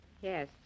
Yes